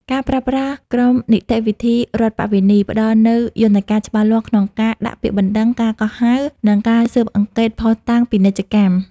ការប្រើប្រាស់ "ក្រមនីតិវិធីរដ្ឋប្បវេណី" ផ្ដល់នូវយន្តការច្បាស់លាស់ក្នុងការដាក់ពាក្យបណ្ដឹង ការកោះហៅ និងការស៊ើបអង្កេតភស្តុតាងពាណិជ្ជកម្ម។